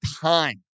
time